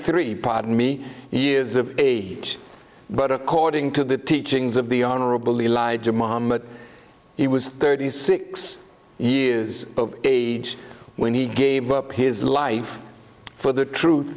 three pardon me years of age but according to the teachings of the honorable elijah muhammad he was thirty six years of age when he gave up his life for the truth